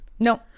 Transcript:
No